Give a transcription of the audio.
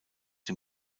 dem